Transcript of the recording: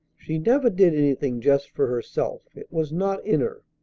she never did anything just for herself. it was not in her.